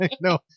No